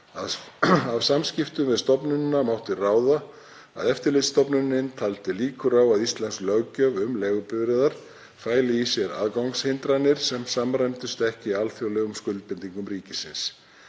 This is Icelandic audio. Af samskiptum við stofnunina mátti ráða að Eftirlitsstofnunin teldi líkur á að íslensk löggjöf um leigubifreiðar fæli í sér aðgangshindranir sem samræmdust ekki alþjóðlegum skuldbindingum ríkisins.